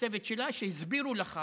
הצוות שלה, שהסביר לך